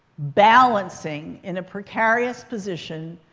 balancing in a precarious position,